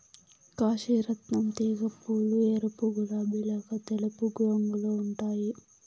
కాశీ రత్నం తీగ పూలు ఎరుపు, గులాబి లేక తెలుపు రంగులో ఉంటాయి